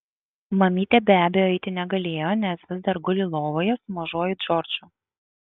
mamytė be abejo eiti negalėjo nes vis dar guli lovoje su mažuoju džordžu